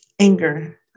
anger